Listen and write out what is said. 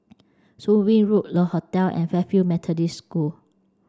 Soon Wing Road Le Hotel and Fairfield Methodist School